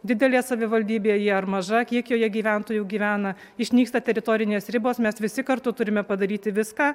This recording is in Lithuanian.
didelė savivaldybė ji ar maža kiek joje gyventojų gyvena išnyksta teritorinės ribos mes visi kartu turime padaryti viską